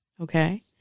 Okay